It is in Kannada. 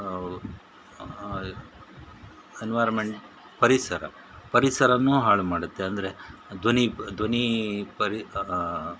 ಎನ್ವಾರ್ಮೆಂಟ್ ಪರಿಸರ ಪರಿಸರನೂ ಹಾಳು ಮಾಡುತ್ತೆ ಅಂದರೆ ಧ್ವನಿ ಧ್ವನಿ ಪರಿ